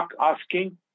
asking